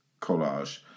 collage